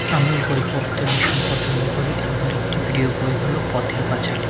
আমি বই পড়তে ভীষণ পছন্দ করি আমার একটি প্রিয় বই হলো পথের পাঁচালী